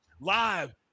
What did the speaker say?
live